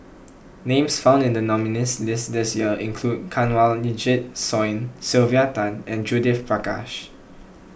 names found in the nominees' list this year include Kanwaljit Soin Sylvia Tan and Judith Prakash